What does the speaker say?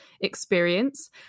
experience